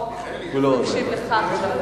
הם צריכים לשלם שמונה פעימות.